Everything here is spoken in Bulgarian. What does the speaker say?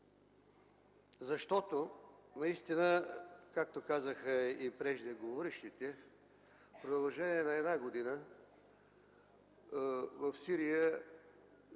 защото, както казаха и преждеговорившите, в продължение на една година в Сирия